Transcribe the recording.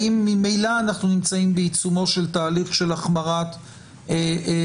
האם ממילא אנחנו נמצאים בעיצומו של תהליך של החמרת ענישה.